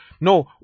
No